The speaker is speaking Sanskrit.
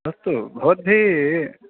अस्तु भवद्भिः